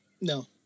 No